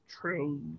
true